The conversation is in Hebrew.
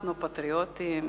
אנחנו פטריוטים,